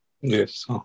Yes